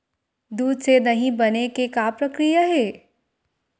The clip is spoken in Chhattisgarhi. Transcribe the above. दूध से दही बने के का प्रक्रिया हे?